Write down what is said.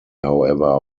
however